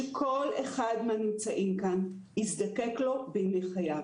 שכל אחד מהנמצאים כאן יזדקק לו בימי חייו.